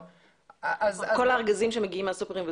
כל הארגזים שמגיעים מהסופרים.